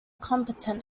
competent